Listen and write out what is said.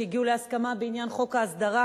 שהגיעו להסכמה בעניין חוק ההסדרה,